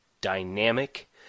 dynamic